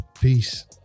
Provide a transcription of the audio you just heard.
Peace